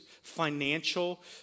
financial